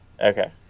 okay